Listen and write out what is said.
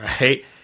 Right